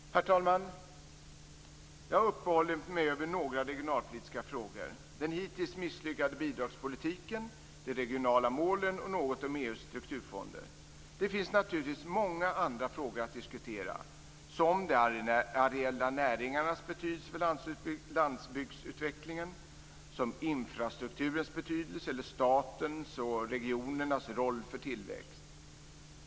Herr talman! Jag har uppehållit mig vid några regionalpolitiska frågor. Den hittills misslyckade bidragspolitiken, de regionala målen och något om EU:s strukturfonder. Det finns naturligtvis många andra frågor att diskutera, som de areella näringarnas betydelse för landsbygdsutvecklingen, infrastrukturens betydelse eller statens och regionernas roll för tillväxt.